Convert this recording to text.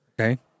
Okay